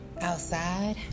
Outside